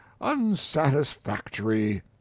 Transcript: unsatisfactory